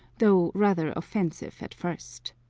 though rather offensive at first.